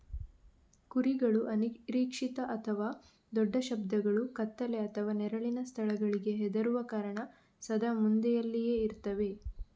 ಕುರಿಗಳು ಅನಿರೀಕ್ಷಿತ ಅಥವಾ ದೊಡ್ಡ ಶಬ್ದಗಳು, ಕತ್ತಲೆ ಅಥವಾ ನೆರಳಿನ ಸ್ಥಳಗಳಿಗೆ ಹೆದರುವ ಕಾರಣ ಸದಾ ಮಂದೆಯಲ್ಲಿಯೇ ಇರ್ತವೆ